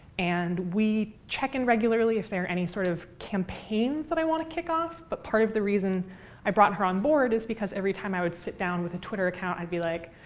and we check in regularly, if there are any sort of campaigns that i want to kick off. but part of the reason i brought her on board is because every time i would sit down with a twitter account, i'd be like,